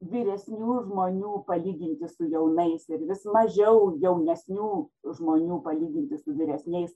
vyresnių žmonių palyginti su jaunais ir vis mažiau jaunesnių žmonių palyginti su vyresniais